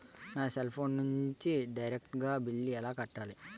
నా cell phone నుంచి డైరెక్ట్ గా బిల్లు ఎలా కట్టాలి?